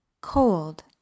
Cold